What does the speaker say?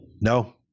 No